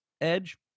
edge